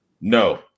No